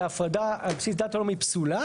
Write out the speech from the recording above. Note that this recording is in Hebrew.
שההפרדה על בסיס דת או לאום היא פסולה.